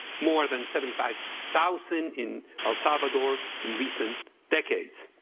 more than seventy five thousand in el salvador in recent decades.